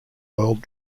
world